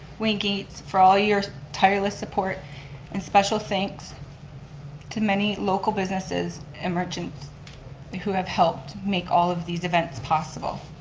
wayne gates, for all your tireless support and special thanks to many local businesses and merchants who have helped make all of these events possible.